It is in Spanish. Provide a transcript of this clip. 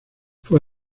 fue